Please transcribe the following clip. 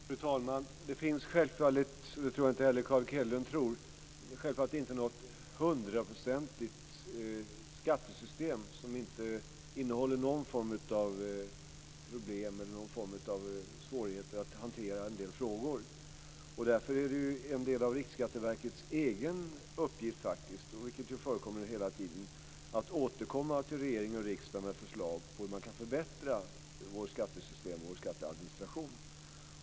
Fru talman! Det finns självfallet inte, och det tror jag inte heller Carl Erik Hedlund tror, något hundraprocentigt skattesystem som inte innehåller någon form av problem eller någon form av svårigheter när det gäller att hantera en del frågor. Därför är det faktiskt en del av Riksskatteverkets egen uppgift, vilket hela tiden förekommer, att återkomma till regering och riksdag med förslag på hur vi kan förbättra vårt skattesystem, vår skatteadministration.